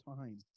time